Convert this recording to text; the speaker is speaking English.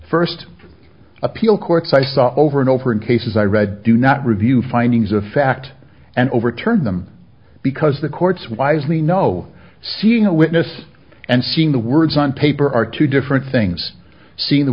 first appeal courts i saw over and over in cases i read do not review findings of fact and overturn them because the courts wisely know seeing a witness and seeing the words on paper are two different things seen the